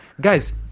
Guys